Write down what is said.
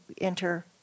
enter